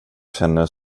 känner